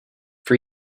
for